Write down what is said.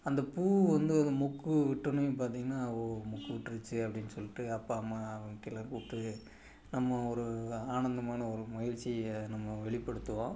அந்த பூ வந்து அது முக்கு விட்டோனேயும் பார்த்தீங்கன்னா ஓ முக்கு விட்ருச்சி அப்படின்னு சொல்லிட்டு அப்பா அம்மா அவங்கள்ட்டேலாம் கூப்பிட்டு நம்ம ஒரு ஆனந்தமான ஒரு மகிழ்ச்சிய நம்ம வெளிப்படுத்துவோம்